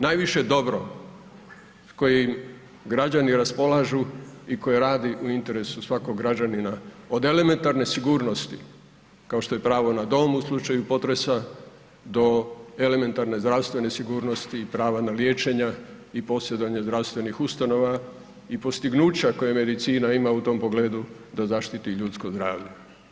Najviše dobro s kojim građani raspolažu i koje radi u interesu svakog građanina od elementarne sigurnosti kao što je pravo na dom u slučaju potresa do elementarne zdravstvene sigurnosti i prava na liječenje i … zdravstvenih ustanova i postignuća koje medicina ima u tom pogledu da zaštiti ljudsko zdravlje.